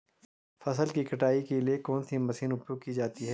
फसल की कटाई के लिए कौन सी मशीन उपयोग की जाती है?